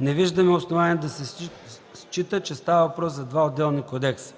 Не виждаме основания да се счита, че става въпрос за два отделни кодекса.